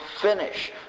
finish